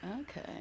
Okay